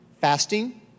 Fasting